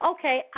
Okay